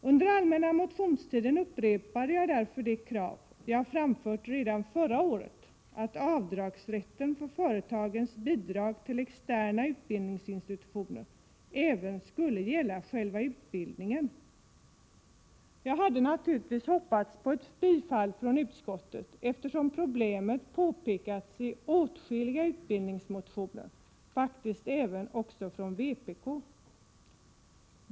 Under allmänna motionstiden upprepade jag därför det krav som jag hade framfört redan förra året, att avdragsrätten för företagens bidrag till externa utbildningsinstitutioner även skulle gälla själva utbildningen. Jag hade naturligtvis hoppats på ett bifall från utskottet, eftersom problemet påpekats i åtskilliga utbildningsmotioner, faktiskt även från vpk.